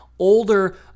Older